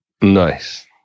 Nice